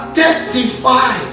testify